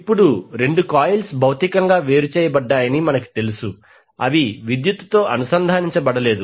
ఇప్పుడు రెండు కాయిల్స్ భౌతికంగా వేరు చేయబడ్డాయని మనకు తెలుసు అవి విద్యుత్తుతో అనుసంధానించ బడలేదు